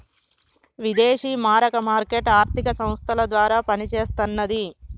విదేశీ మారక మార్కెట్ ఆర్థిక సంస్థల ద్వారా పనిచేస్తన్నది